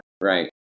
right